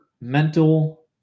mental